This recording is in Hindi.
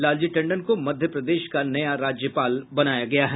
लालजी टंडन को मध्यप्रदेश का नया राज्यपाल बनाया गया है